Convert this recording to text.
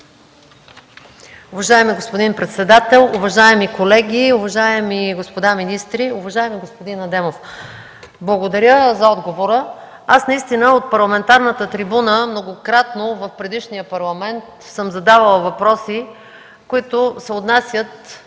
Уважаеми господин председател, уважаеми колеги, уважаеми господа министри! Уважаеми господин Адемов, благодаря за отговора. Наистина от парламентарната трибуна многократно в предишния Парламент съм задавала въпроси, които се отнасят